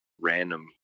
random